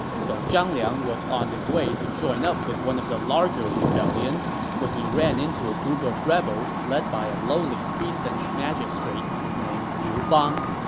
so zhang liang was on his way to join up with one of the larger rebellions when he ran into a group of rebels led by a lowly precinct magistrate named liu bang.